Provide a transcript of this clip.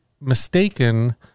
mistaken